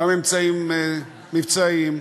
גם אמצעים מבצעיים,